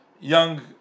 young